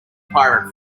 pirate